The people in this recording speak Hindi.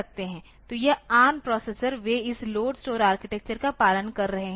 तो यह ARM प्रोसेसर वे इस लोड स्टोर आर्किटेक्चर का पालन कर रहे हैं